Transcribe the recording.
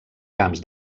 camps